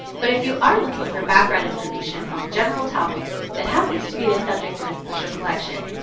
but if you are looking for background information on a general topic that happens to be the subject of a special collection,